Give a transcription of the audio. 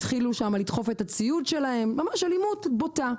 התחילו שם לדחוף את הציוד שלהם ממש אלימות בוטה.